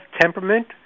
temperament